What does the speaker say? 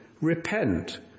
Repent